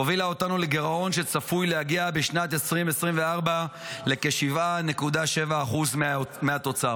הובילה אותנו לגירעון שצפוי להגיע בשנת 2024 לכ־7.7% מהתוצר.